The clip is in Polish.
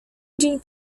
dzień